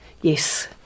Yes